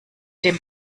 dem